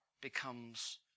becomes